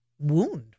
wound